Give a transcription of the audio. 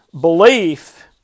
belief